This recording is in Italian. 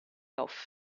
off